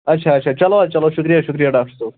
اچھا اچھا چلو حظ چلو شُکریہ شُکریہ ڈاکٹَر صٲب